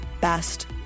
best